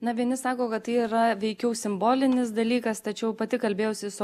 na vieni sako kad tai yra veikiau simbolinis dalykas tačiau pati kalbėjausi su